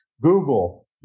Google